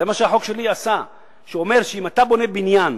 זה מה שעשה החוק שלי, שאומר שאם אתה בונה בניין